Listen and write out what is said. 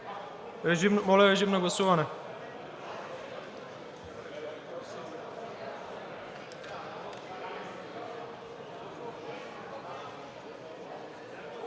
Моля, режим на гласуване.